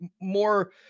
more